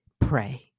pray